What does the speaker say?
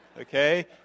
Okay